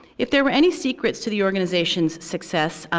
if there were any secrets to the organizations success,